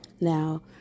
Now